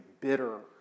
bitter